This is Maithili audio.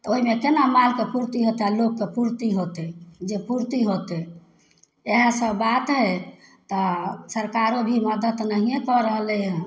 ओहिमे केना मालके पूर्ति होतै आ लोकके पूर्ति होतै जे पूर्ति होतै इएह सब बात हइ तऽ सरकारो भी मदत नहिए कऽ रहलै हँ